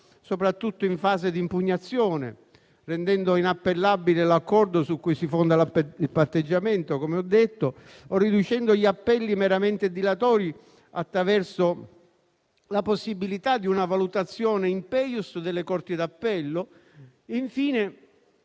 soprattutto in fase di impugnazione, rendendo inappellabile l'accordo su cui si fonda il patteggiamento o riducendo gli appelli meramente dilatori, attraverso la possibilità di una valutazione *in peius* delle Corti d'Appello. Infine,